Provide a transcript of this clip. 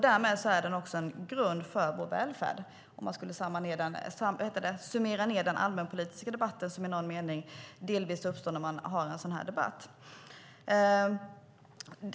Därmed är den också en grund för vår välfärd - om vi ska summera den allmänpolitiska debatten som uppstår i sådana frågor.